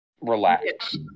relax